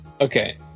Okay